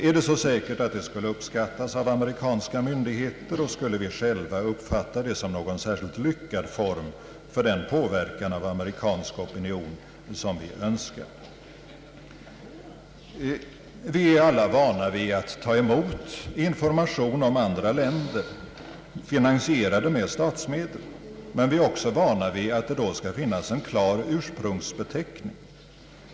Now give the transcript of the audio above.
Är det så säkert att detta skulle uppskattas av amerikanska myndigheter, och skulle vi själva uppfatta det som en särskilt lyckad form för den påverkan av den amerikanska opinionen som vi önskar? Vi är alla vana vid att ta emot information om andra länder, finansierad med statsmedel, men vi är också vana vid att det då skall finnas en klar ursprungsbeteckning.